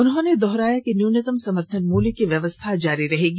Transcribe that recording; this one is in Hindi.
उन्होंने दोहराया कि न्यूनतम समर्थन मूल्य की व्यवस्था जारी रहेगी